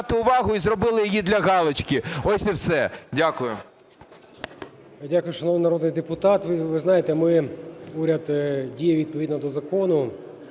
Дякую, шановний народний депутат. Ви знаєте, ми, уряд діє відповідно до закону.